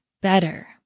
better